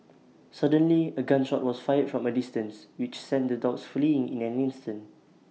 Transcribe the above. suddenly A gun shot was fired from A distance which sent the dogs fleeing in an instant